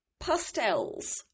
pastels